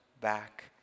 back